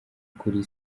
kuri